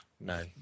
No